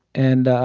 and